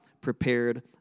prepared